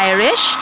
Irish